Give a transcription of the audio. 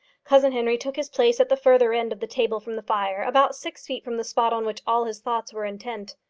cousin henry took his place at the further end of the table from the fire, about six feet from the spot on which all his thoughts were intent.